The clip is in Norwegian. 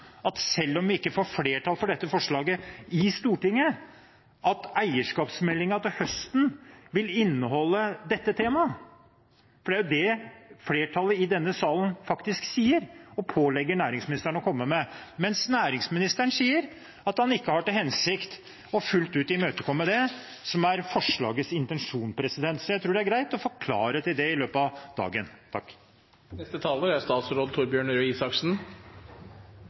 selv om vi ikke får flertall for dette forslaget i Stortinget, vil eierskapsmeldingen til høsten inneholde dette temaet. Det er det flertallet i denne salen faktisk sier og pålegger næringsministeren å komme med, mens næringsministeren sier at han ikke har til hensikt å fullt ut imøtekomme det som er forslagets intensjon. Jeg tror det er greit å få klarhet i det i løpet av dagen. Nå er